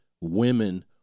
women